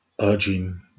urging